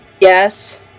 Yes